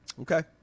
Okay